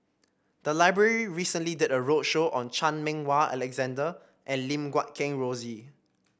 the library recently did a roadshow on Chan Meng Wah Alexander and Lim Guat Kheng Rosie